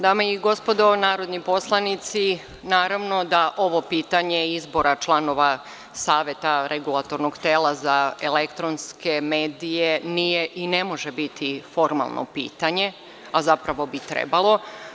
Dame i gospodo narodni poslanici, naravno da ovo pitanje izbora članova Saveta REM-a nije i ne može biti formalno pitanje, a zapravo bi trebalo.